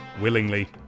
willingly